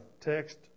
text